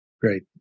Great